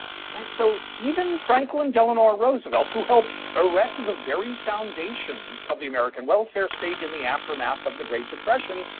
right, so even franklin delano roosevelt who helped erect the very foundations of the american welfare state in the aftermath of the great depression,